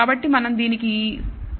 కాబట్టి మనం దీనికి 6